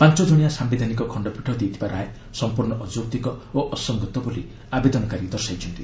ପାଞ୍ଚ ଜଣିଆ ସାୟିଧାନିକ କଣ୍ଡପୀଠ ଦେଇଥିବା ରାୟ ସମ୍ପର୍ଣ୍ଣ ଅଯୌକ୍ତିକ ଓ ଅସଂଗତ ବୋଲି ଆବେଦନକାରୀ ଦର୍ଶାଇଛନ୍ତି